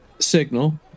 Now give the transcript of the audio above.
signal